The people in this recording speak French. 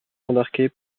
embarqués